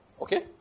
Okay